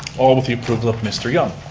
all with the approval of mr. young.